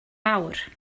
fawr